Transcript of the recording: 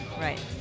Right